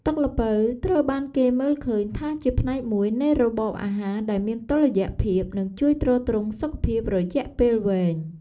ទឹកល្ពៅត្រូវបានគេមើលឃើញថាជាផ្នែកមួយនៃរបបអាហារដែលមានតុល្យភាព និងជួយទ្រទ្រង់សុខភាពរយៈពេលវែង។